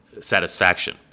satisfaction